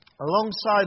Alongside